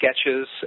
sketches